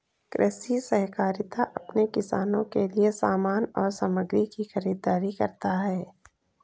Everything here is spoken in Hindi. कृषि सहकारिता अपने किसानों के लिए समान और सामग्री की खरीदारी करता है